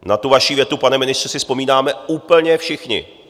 Na tu vaši větu, pane ministře, si vzpomínáme úplně všichni.